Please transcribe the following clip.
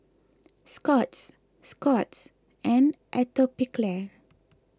Scott's Scott's and Atopiclair